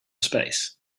space